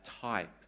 type